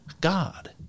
God